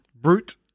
Brute